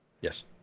Yes